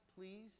please